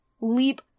leap